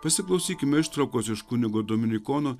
pasiklausykime ištraukos iš kunigo dominikono